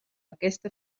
aquesta